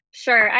Sure